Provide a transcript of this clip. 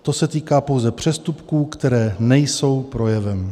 To se týká pouze přestupků, které nejsou projevem.